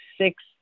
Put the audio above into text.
six